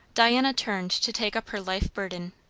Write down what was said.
diana turned to take up her life burden.